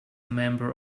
member